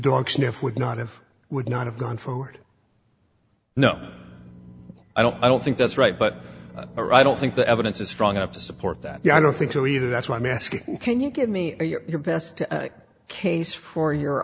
dog sniff would not have would not have gone forward no i don't i don't think that's right but i don't think the evidence is strong enough to support that i don't think so either that's why i'm asking can you give me your best case for your